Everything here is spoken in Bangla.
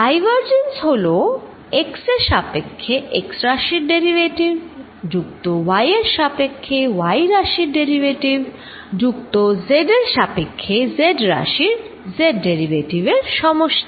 ডাইভারজেন্স হল x এর সাপেক্ষে x রাশির ডেরিভেটিভ যুক্ত y এর সাপেক্ষে y রাশির ডেরিভেটিভ যুক্ত z এর সাপেক্ষে z রাশির z ডেরিভেটিভ এর সমষ্টি